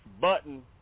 button